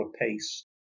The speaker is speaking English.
pace